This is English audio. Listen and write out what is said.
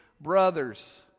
brothers